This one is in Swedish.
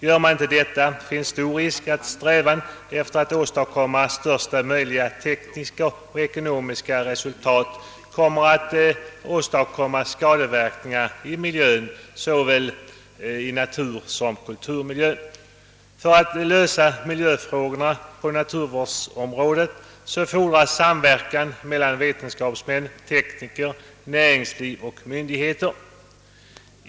Gör man inte detta finns stor risk att strävan efter att åstadkomma största möjliga tekniska och ekonomiska resultat leder till skadeverkningar för miljön — såväl natursom kuliurmiljön. För att lösa miljöfrågorna på naturvårdsområdet fordras samverkan mellan vetenskapsmän, tekniker, näringsliv och myndigheter.